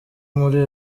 muri